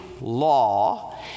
law